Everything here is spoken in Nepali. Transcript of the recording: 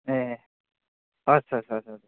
ए हस् हस् हस् हस्